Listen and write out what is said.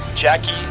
Jackie